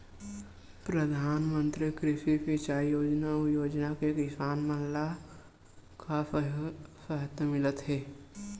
प्रधान मंतरी कृषि सिंचाई योजना अउ योजना से किसान मन ला का सहायता मिलत हे?